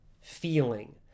feeling